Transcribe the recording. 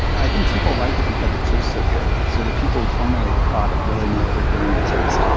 i think people like it because it tastes so good. so the people who formulate the product really know what they're doing with taste.